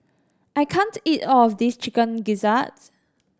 I can't eat all of this Chicken Gizzard